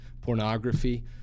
pornography